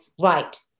right